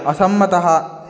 असम्मतः